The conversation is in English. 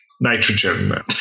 nitrogen